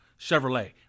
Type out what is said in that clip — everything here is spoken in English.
Chevrolet